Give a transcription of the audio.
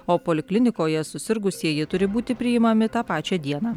o poliklinikoje susirgusieji turi būti priimami tą pačią dieną